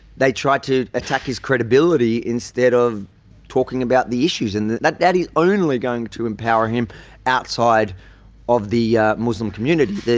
they try to attack his credibility instead of talking about the issues, and that that is only going to empower him outside of the muslim community,